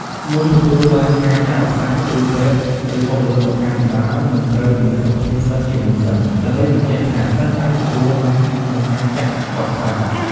មុនទទួលបានការចាក់វ៉ាក់សាំង គ្រូពេទ្យ ឬបុគ្គលិកសុខាភិបាលនឹងត្រូវពិនិត្យសុខភាពសិស្សជាមុនសិន ដើម្បីបញ្ជាក់ថាសិស្សអាចទទួលបានក្នុងការចាក់វ៉ាក់សាំង។